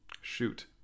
Shoot